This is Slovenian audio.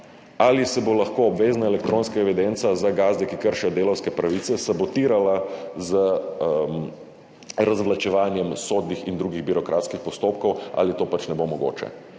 ali se bo lahko obvezna elektronska evidenca za gazde, ki kršijo delavske pravice, sabotirala z zavlačevanjem sodnih in drugih birokratskih postopkov ali to pač ne bo mogoče,